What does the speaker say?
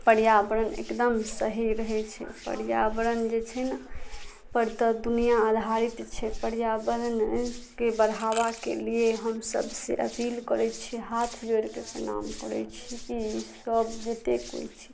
पर्यावरण एकदम सही रहै छै पर्यावरण जे छै ने पर तऽ दुनिया आधारित छै पर्यावरणके बढ़ावाके लिए हमसब से अपील करै छी हाथ जोड़िके प्रणाम करै छी की सब जते कोइ छी